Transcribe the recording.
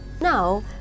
now